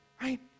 right